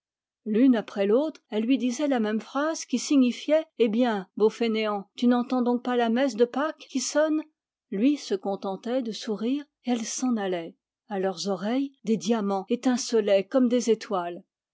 l'une après l'autre elles lui disaient la même phrase qui signifiait j eh bien beau fainéant tu n'entends donc pas la messe de pâques qui sonne lui se contentait de sourire et elles s'en allaient à leurs oreilles des diamants étincelaient comme des étoiles